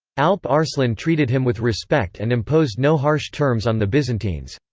alp arslan treated him with respect and imposed no harsh terms on the byzantines.